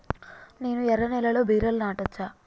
నేను ఎర్ర నేలలో బీరలు నాటచ్చా?